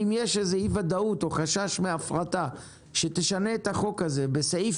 אם יש איזו אי-ודאות או חשש מהפרטה שתשנה את החוק הזה בסעיף